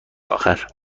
آخر